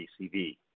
ACV